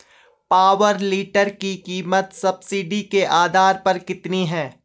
Power tiller की कीमत subsidy के आधार पर कितनी है?